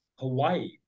Hawaii